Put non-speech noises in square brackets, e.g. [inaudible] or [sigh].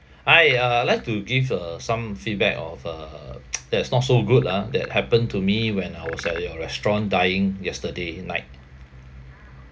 hi uh I'd like to give uh some feedback of uh [noise] that is not so good ah that happen to me when I was at your restaurant dining yesterday night